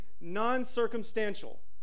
non-circumstantial